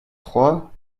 trois